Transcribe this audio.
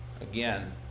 again